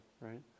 right